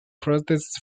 protests